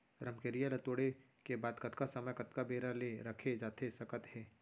रमकेरिया ला तोड़े के बाद कतका समय कतका बेरा ले रखे जाथे सकत हे?